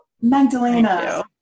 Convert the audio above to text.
Magdalena